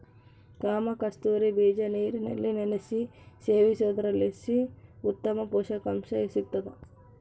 ಕಾಮಕಸ್ತೂರಿ ಬೀಜ ನೀರಿನಲ್ಲಿ ನೆನೆಸಿ ಸೇವಿಸೋದ್ರಲಾಸಿ ಉತ್ತಮ ಪುಷಕಾಂಶ ಸಿಗ್ತಾದ